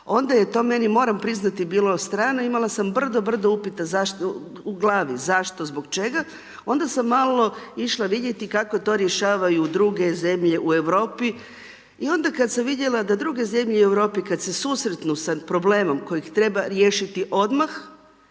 onda je to meni moram priznati bilo strano, imala sam brdo, brdo, brdo upita u glavi, zašto, zbog čega, onda sam malo išla vidjeti kako to rješavaju druge zemlje u Europi. I onda kada sam vidjela da druge zemlje u Europi kada se susretnu sa problemom kojeg treba riješiti odmah